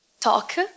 talk